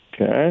Okay